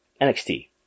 nxt